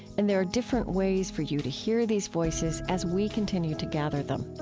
and there are different ways for you to hear these voices as we continue to gather them.